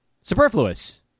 superfluous